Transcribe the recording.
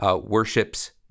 worships